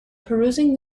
perusing